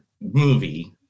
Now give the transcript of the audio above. movie